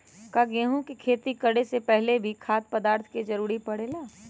का गेहूं के खेती करे से पहले भी खाद्य पदार्थ के जरूरी परे ले?